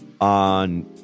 on